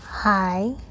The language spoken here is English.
hi